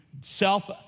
self